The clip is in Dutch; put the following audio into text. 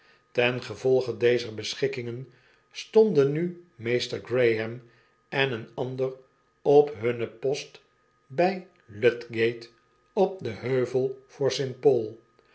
en gevolge dezer beschikkingen stonden nu meester graham en een ander op hunnen post by lud gate op den heuvel voor